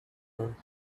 her